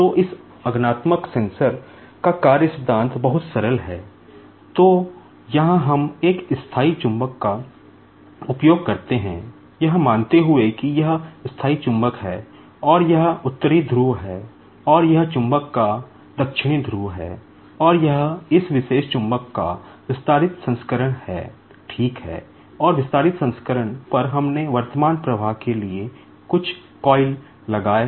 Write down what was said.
तो इस inductive sensor लगाए